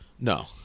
No